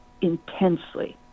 intensely